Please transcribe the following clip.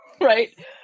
right